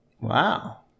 wow